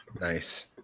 Nice